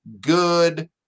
good